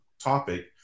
topic